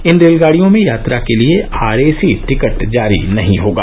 इन रेलगाड़ियों में यात्रा के लिए आर ए सी टिकट जारी नहीं होगा